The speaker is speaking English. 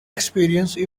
experience